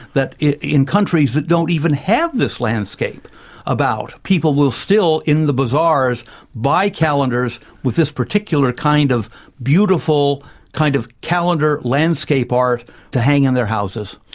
that in countries that don't even have this landscape about, people will still in the bazaars buy calendars with this particular kind of beautiful kind of calendar landscape art to hang in their houses.